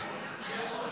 אתה יודע למה?